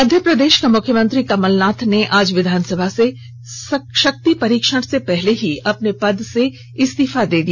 मध्यप्रदेश के मुख्यमंत्री कमलनाथ ने आज विधानसभा में शक्ति परीक्षण से पहले ही अपने पद से इस्तीफा दे दिया